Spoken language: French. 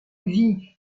vit